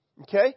Okay